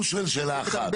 הוא שואל שאלה אחת.